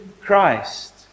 Christ